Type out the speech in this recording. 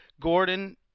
Gordon